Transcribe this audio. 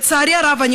לצערי הרב,